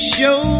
Show